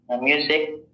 music